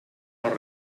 los